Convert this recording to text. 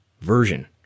version